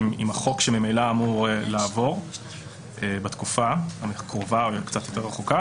עם החוק שממילא אמור לעבור בתקופה הקרובה או קצת יותר רחוקה.